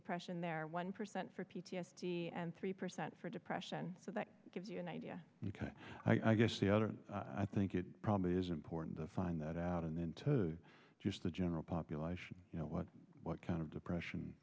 depression there one percent for p t s d and three percent for depression so that gives you an idea because i guess the other i think it probably is important to find that out and then to just the general population you know what what kind of depression